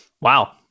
Wow